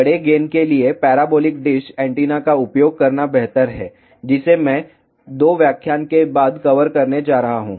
बड़े गेन के लिए पैराबोलिक डिश एंटीना का उपयोग करना बेहतर है जिसे मैं 2 व्याख्यान के बाद कवर करने जा रहा हूं